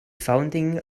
funding